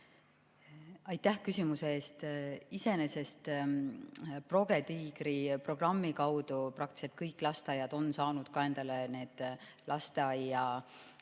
Aitäh küsimuse eest! Iseenesest ProgeTiigri programmi kaudu praktiliselt kõik lasteaiad on saanud endale need lasteaeda